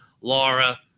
Laura